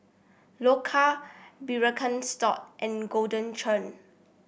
Loacker Birkenstock and Golden Churn